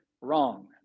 wrong